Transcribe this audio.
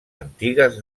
antigues